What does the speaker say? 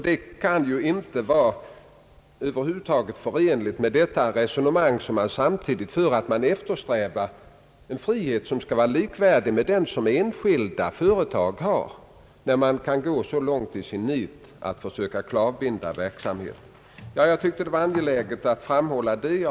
Det kan över huvud taget inte vara förenligt med resonemanget om att man samtidigt eftersträvar en frihet som skall vara likvärdig med den som enskilda företag har. Jag tycker att det är angeläget att framhålla detta.